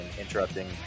interrupting